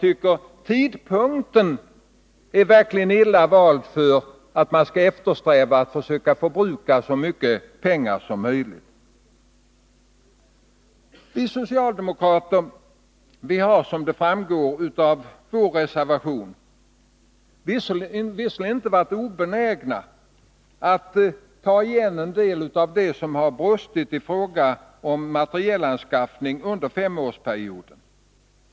Men tidpunkten för att eftersträva att förbruka så mycket pengar som möjligt är verkligen illa vald. Vi socialdemokrater har, som framgår av våra reservationer, inte varit obenägna att ta igen en del av det som har brustit i fråga om materielanskaffning under den senaste femårsperioden.